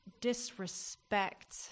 disrespect